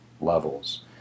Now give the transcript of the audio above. levels